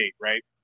right